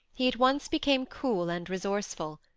he at once became cool and resourceful.